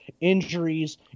injuries